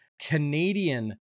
Canadian